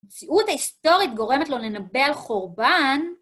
המציאות ההיסטורית גורמת לו לנבא על חורבן.